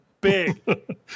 Big